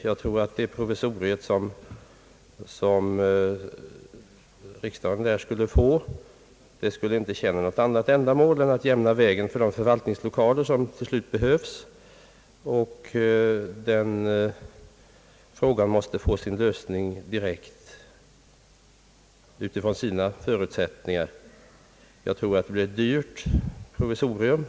Jag tror att det provisorium som riksdagen skulle få där inte skulle tjäna något annat ändamål än att jämna vägen för de förvaltningslokaler som till slut behövs — och den frågan måste få sin lösning direkt utifrån sina förutsättningar. Jag tror att det blir ett dyrt provisorium.